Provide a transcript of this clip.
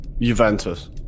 Juventus